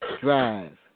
drive